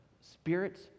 spirits